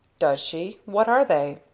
does she? what are they?